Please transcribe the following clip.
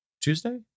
Tuesday